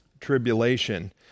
tribulation